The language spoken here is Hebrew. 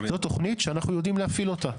זאת תוכנית שאנחנו יודעים להפעיל אותה.